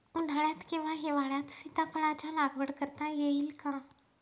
उन्हाळ्यात किंवा हिवाळ्यात सीताफळाच्या लागवड करता येईल का?